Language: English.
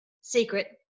secret